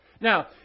Now